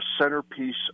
centerpiece